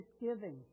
giving